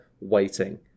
waiting